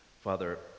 Father